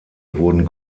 wurden